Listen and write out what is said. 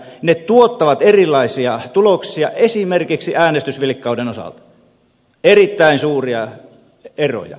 ne tuottavat erilaisia tuloksia esimerkiksi äänestysvilkkauden osalta erittäin suuria eroja